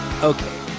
Okay